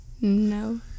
No